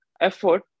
effort